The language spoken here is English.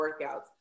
workouts